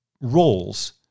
roles